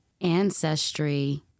ancestry